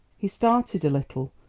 he started a little,